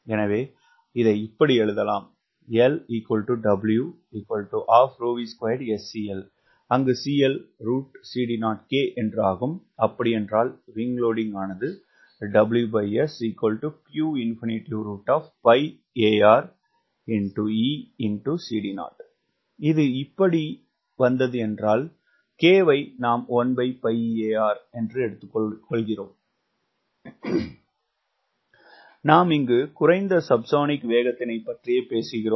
எனவே இப்படி எழுதலாம் அப்படியென்றால் விங்க் லோடிங்க் ஆனது இது எப்படி வந்தது என்றால் நாம் இங்கு குறைந்த சப்சோனிக் வேகத்தினைப் பற்றியே பேசுகிறோம்